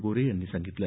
गोऱ्हे यांनी सांगितलं